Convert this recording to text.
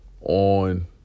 on